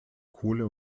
kohle